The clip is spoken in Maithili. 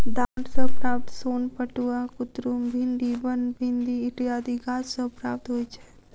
डांट सॅ प्राप्त सोन पटुआ, कुतरुम, भिंडी, बनभिंडी इत्यादि गाछ सॅ प्राप्त होइत छै